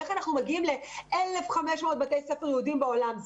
איך אנחנו מגיעים ל-1,500 בתי ספר יהודיים בעולם,